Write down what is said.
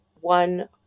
one